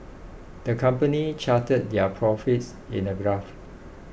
the company charted their profits in a graph